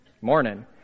Morning